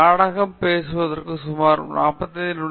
நாடகம்நாம் பேசுவதற்கு சுமார் 25 நிமிடங்கள் முடித்துவிட்டோம்